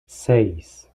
seis